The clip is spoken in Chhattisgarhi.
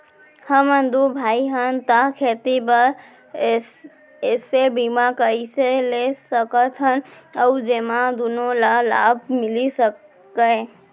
हमन दू भाई हन ता खेती बर ऐसे बीमा कइसे ले सकत हन जेमा दूनो ला लाभ मिलिस सकए?